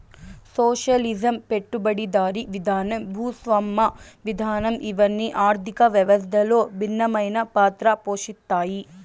socialism పెట్టుబడిదారీ విధానం భూస్వామ్య విధానం ఇవన్ని ఆర్థిక వ్యవస్థలో భిన్నమైన పాత్ర పోషిత్తాయి